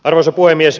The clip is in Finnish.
arvoisa puhemies